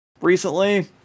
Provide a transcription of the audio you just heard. recently